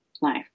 life